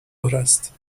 است